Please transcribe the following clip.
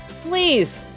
please